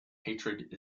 hatred